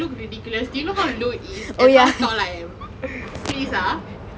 I look ridiculous do you know how long it is and how tall I am please ah